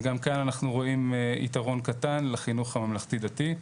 וגם כאן אנחנו רואים יתרון קטן לחינוך הממלכתי דתי.